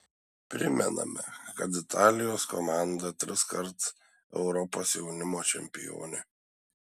primename kad italijos komanda triskart europos jaunimo čempionė